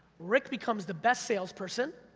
rick becomes the best salesperson.